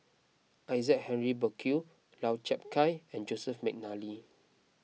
Isaac Henry Burkill Lau Chiap Khai and Joseph McNally